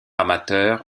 amateur